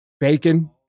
Bacon